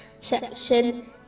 section